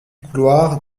couloir